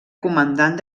comandant